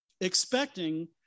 expecting